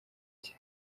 cye